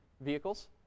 vehicles